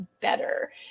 better